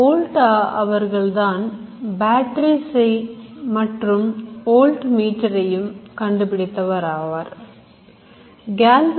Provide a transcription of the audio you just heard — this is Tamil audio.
Volta அவர்கள்தான் Batteries ஐ மற்றும் வோல்ட் மீட்டர் ஐயும் கண்டுபிடித்தவர் ஆவார்